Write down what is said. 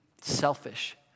selfish